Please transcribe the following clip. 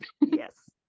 yes